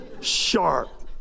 Sharp